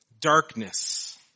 darkness